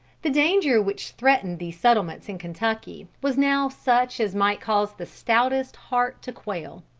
the danger which threatened these settlements in kentucky was now such as might cause the stoutest heart to quail.